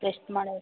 test ಮಾಡಿ